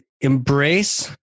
embrace